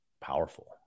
powerful